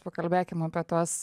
pakalbėkim apie tuos